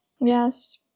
Yes